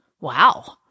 wow